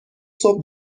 صبح